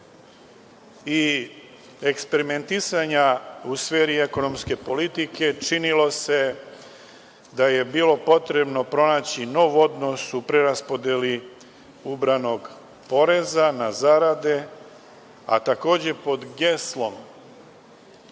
i eksperimentisanja u sferi ekonomske politike, činilo se da je bilo potrebno pronaći nov odnos u preraspodeli ubranog poreza na zarade, a takođe pod geslom